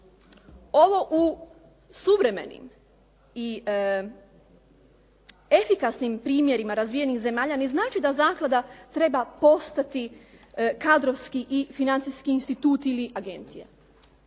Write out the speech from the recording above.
ovo u suvremenim i efikasnim primjerima razvijenih zemalja ne znači da zaklada treba postati kadrovski i financijski institut ili agencija.